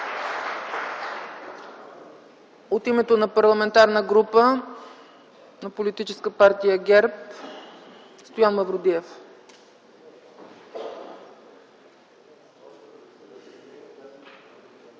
От името на Парламентарната група на Политическа партия ГЕРБ – Стоян Мавродиев.